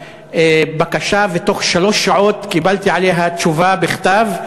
בקשה ובתוך שלוש שעות קיבלתי עליה תשובה בכתב.